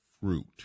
fruit